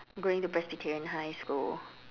going to presbyterian high school